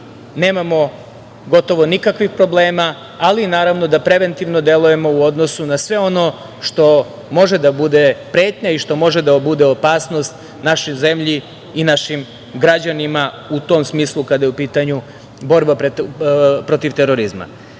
nemamo gotovo nikakvih problema, ali da preventivno delujemo u odnosu na sve ono što može da bude pretnja i što može da bude opasnost našoj zemlji i našim građanima u tom smislu, kada je u pitanju borba protiv